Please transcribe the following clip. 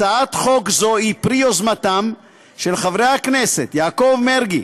הצעת חוק זו היא פרי יוזמתם של חברי הכנסת יעקב מרגי,